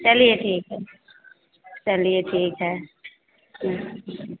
चलिए ठीक है चलिए ठीक है